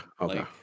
okay